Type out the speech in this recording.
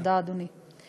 תודה, אדוני.